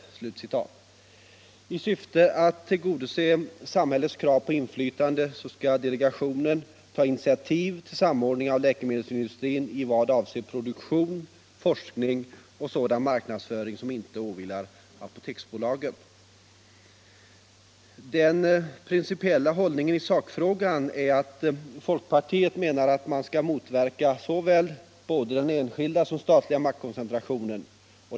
I syfte att tillgodose samhällets krav på inflytande skall delegationen ta initiativ till samordning av läkemedelsindustrin i vad avser produktion, forskning och sådan marknadsföring som inte åvilar Apoteksbolaget. Folkpartiets principiella hållning i sakfrågan är att man vill motverka såväl enskild som statlig maktkoncentration.